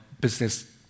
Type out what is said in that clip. business